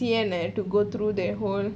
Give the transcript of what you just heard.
sian leh to go through that whole